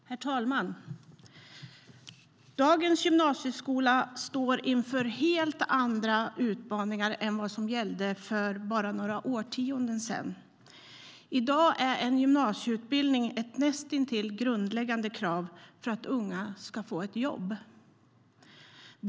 Herr talman! Dagens gymnasieskola står inför helt andra utmaningar än vad som gällde för bara några årtionden sedan. I dag är en gymnasieutbildning ett näst intill grundläggande krav för att unga ska få ett jobb.